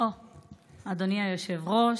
אדוני היושב-ראש,